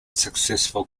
successful